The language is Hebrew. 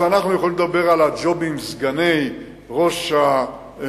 אנחנו יכולים לדבר על ג'ובים של סגני ראש הרשות,